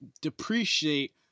depreciate